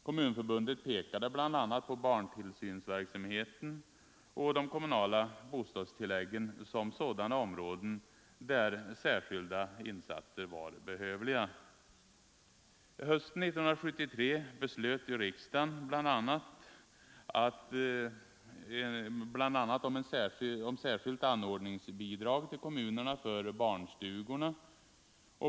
Kommunförbundet pekade bl.a. på barntillsynsverksamheten och de kommunala bostadstilläggen som sådana områden där särskilda insatser var behövliga. Hösten 1973 beslöt riksdagen bl.a. om särskilda anordningsbidrag till kommunerna för barnstugorna.